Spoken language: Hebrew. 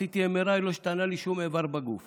עשיתי MRI, לא השתנה לי שום איבר בגוף.